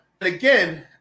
Again